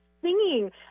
singing